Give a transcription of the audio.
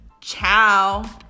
Ciao